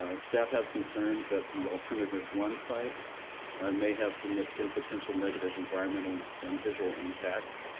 staff has concerns that the alternative one site may have significant potential negative environmental and and visual impacts.